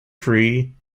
free